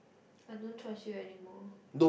I don't trust you anymore